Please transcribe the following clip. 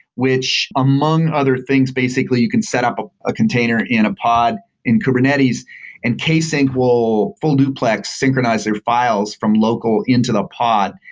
which among other things, basically, you can set up a container in a pod in kubernetes and ksync will full-duplex synchronize their files from local into the pod,